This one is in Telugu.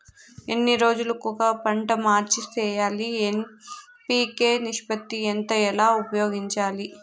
ఎన్ని రోజులు కొక పంట మార్చి సేయాలి ఎన్.పి.కె నిష్పత్తి ఎంత ఎలా ఉపయోగించాలి?